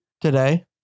today